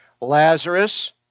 Lazarus